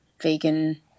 vegan